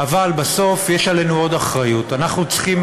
אבל בסוף יש עלינו עוד אחריות: אנחנו צריכים